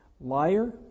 Liar